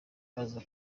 baza